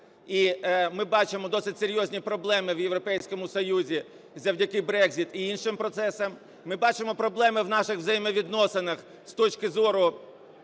і ми бачимо досить серйозні проблеми в Європейському Союзі завдякиBrexitі іншим процесам, ми бачимо проблеми в наших взаємовідносинах з точки зору